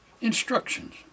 Instructions